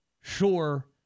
sure